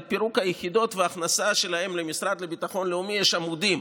על פירוק היחידות וההכנסה שלהן למשרד לביטחון לאומי יש עמודים,